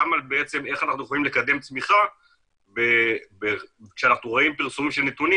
גם איך אנחנו יכולים לקדם צמיחה כשאנחנו רואים פרסומים של נתונים